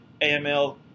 AML